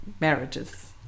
marriages